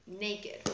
naked